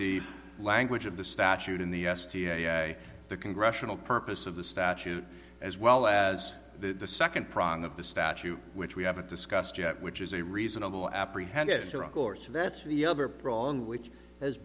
the language of the statute in the u s to the congressional purpose of the statute as well as the second prong of the statute which we haven't discussed yet which is a reasonable apprehension of course that's the other prong which has